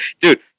Dude